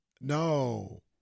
No